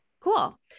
Cool